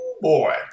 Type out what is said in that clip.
boy